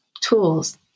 tools